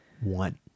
One